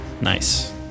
Nice